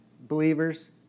believers